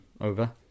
over